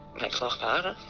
makes life harder.